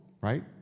right